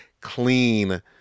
clean